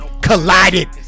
Collided